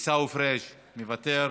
עיסאווי פריג' מוותר,